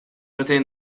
within